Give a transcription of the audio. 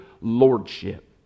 lordship